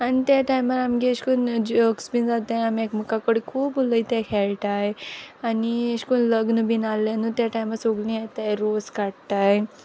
आनी ते टायमार आमगे अेशकोन्न जॉक्स बी जाताय आमी एकमुका कोडे खूब उलोयताय हेळटाय आनी अेश कोन्न लग्न बीन आहलें न्हूं ते टायमार सोगलीं येताय रोस काडटाय